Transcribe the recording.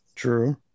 True